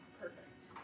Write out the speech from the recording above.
Perfect